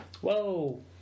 Whoa